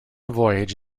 voyage